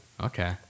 Okay